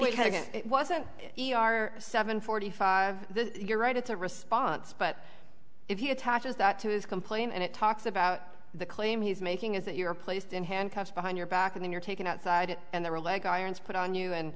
we had it wasn't e r seven forty five you're right it's a response but if you attaches that to his complaint and it talks about the claim he's making is that you're placed in handcuffs behind your back when you're taken outside and there are leg irons put on you and